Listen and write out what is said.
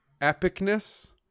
epicness